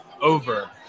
over